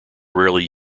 rarely